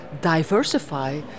diversify